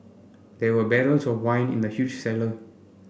there were barrels of wine in the huge cellar